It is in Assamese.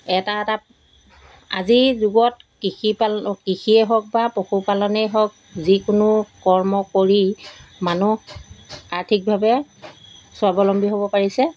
এটা এটা আজিৰ যুগত কৃষি পাল কৃষিয়েই হওক বা পশুপালনেই হওক যিকোনো কৰ্ম কৰি মানুহ আৰ্থিকভাৱে স্বাৱলম্বী হ'ব পাৰিছে